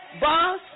boss